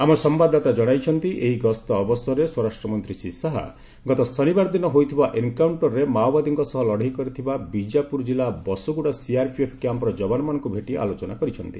ଆମ ସମ୍ବାଦଦାତା ଜଣାଇଛନ୍ତି ଏହି ଗସ୍ତ ଅବସରରେ ସ୍ୱରାଷ୍ଟ୍ରମନ୍ତ୍ରୀ ଶ୍ରୀ ଶାହା ଗତ ଶନିବାରଦିନ ହୋଇଥିବା ଏନକାଉଷ୍ଟରରେ ମାଓବାଦୀଙ୍କ ସହ ଲଢେଇ କରିଥିବା ବିଜାପୁର ଜିଲାର ବସଗୁଡା ସିଆରପିଏଫ କ୍ୟାମ୍ପର ଯବାନମାନଙ୍କୁ ଭେଟି ଆଲୋଚନା କରିଛନ୍ତି